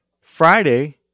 Friday